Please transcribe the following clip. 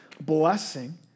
Blessing